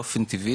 באופן טבעי,